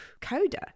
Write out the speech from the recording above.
coda